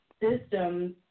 systems